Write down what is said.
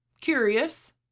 curious